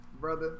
Brother